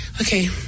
okay